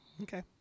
Okay